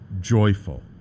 joyful